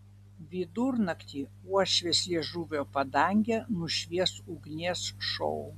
vidurnaktį uošvės liežuvio padangę nušvies ugnies šou